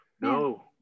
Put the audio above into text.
No